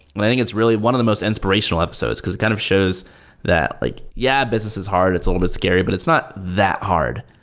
i think it's really one of the most inspirational episodes, because it kind of shows that, like yeah, business is hard. it's all a bit scary, but it's not that hard.